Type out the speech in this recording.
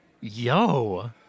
Yo